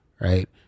right